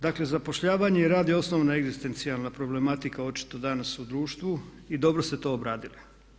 Dakle, zapošljavanje i rad je osnovna egzistencijalna problematika očito danas u društvu i dobro ste to obradili.